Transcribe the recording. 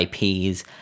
ips